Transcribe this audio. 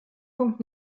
punkt